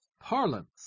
Parlance